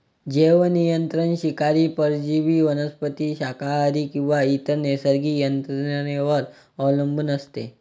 जैवनियंत्रण शिकार परजीवी वनस्पती शाकाहारी किंवा इतर नैसर्गिक यंत्रणेवर अवलंबून असते